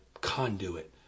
conduit